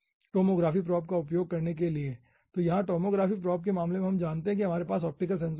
tomography probe का उपयोग करने के लिए तो यहाँ टोमोग्राफी प्रोब के मामले में हम जानते हैं कि हमारे पास ऑप्टिकल सेंसर हैं